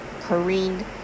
careened